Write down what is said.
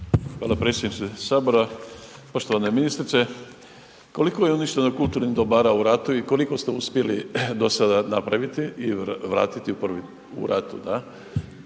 Hvala predsjedniče Sabora. Poštovana ministrice. Koliko je uništeno kulturnih dobara u ratu i koliko ste uspjeli do sada napraviti i vratiti, da